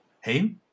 hey